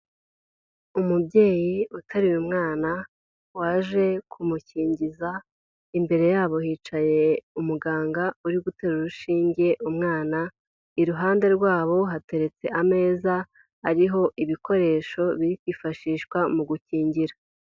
Umubyeyi uteruye umwana waje kumukingiza, imbere yabo hicaye umuganga uri gutera urushinge umwana, iruhande rwabo hateretse ameza ariho ibikoresho biri kwifashishwa mu gukingira.